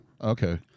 Okay